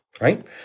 right